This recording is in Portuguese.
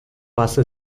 passe